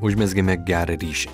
užmezgėme gerą ryšį